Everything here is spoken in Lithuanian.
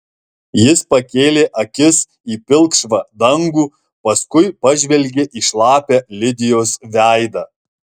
jis pakėlė akis į pilkšvą dangų paskui pažvelgė į šlapią lidijos veidą